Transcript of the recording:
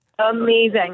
Amazing